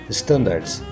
standards